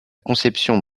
conception